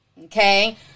Okay